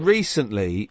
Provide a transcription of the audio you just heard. Recently